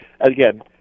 again